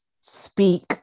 speak